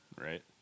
Right